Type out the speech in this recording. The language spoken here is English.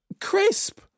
Crisp